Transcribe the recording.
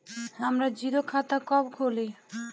हमरा जीरो खाता कब खुली?